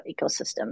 ecosystem